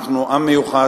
אנחנו עם מיוחד,